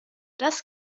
das